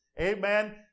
amen